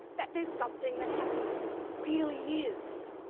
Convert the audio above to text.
that there's something that happiness really is.